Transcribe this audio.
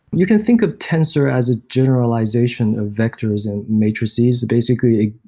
you can think of tensor as a generalization of vectors and matrices. basically,